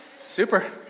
super